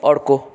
अर्को